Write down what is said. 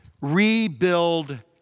rebuild